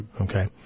Okay